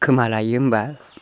खोमा लायो होमब्ला